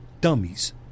dummies